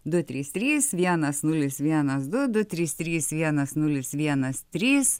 du trys trys vienas nulis vienas du du trys trys vienas nulis vienas trys